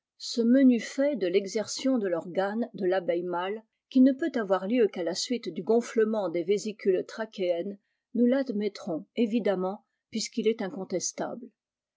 ce menu fait de l'exsertion de l'organe de l'abeille mâle qui ne peut avoir lieu qu'à la suite du gonflement des vésicules trachéennes nous l'admettrons évidemment puisqu'il est incontestable